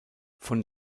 von